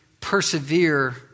persevere